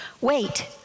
wait